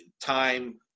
time